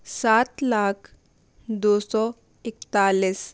सात लाख दो सौ इकत्तालीस